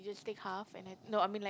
just take half and then no I mean like